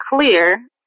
clear